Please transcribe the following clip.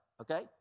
Okay